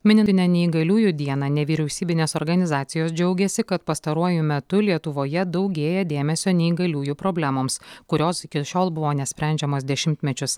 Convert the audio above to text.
minint neįgaliųjų dieną nevyriausybinės organizacijos džiaugiasi kad pastaruoju metu lietuvoje daugėja dėmesio neįgaliųjų problemoms kurios iki šiol buvo nesprendžiamos dešimtmečius